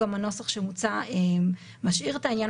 בנוסח המקורי של הצעת החוק באמת הוצע להוריד את כל הרישה,